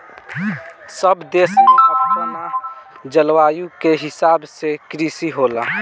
सब देश में अपना जलवायु के हिसाब से कृषि होला